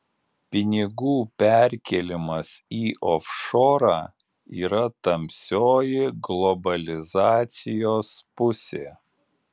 pinigų perkėlimas į ofšorą yra tamsioji globalizacijos pusė